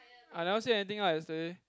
I never say anything lah yesterday